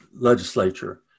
legislature